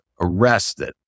arrested